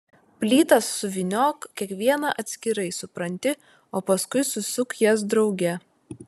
plytas suvyniok kiekvieną atskirai supranti o paskui susuk jas drauge